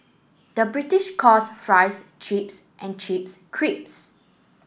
the British calls fries chips and chips crisps